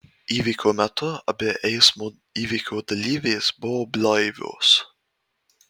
įvykio metu abi eismo įvykio dalyvės buvo blaivios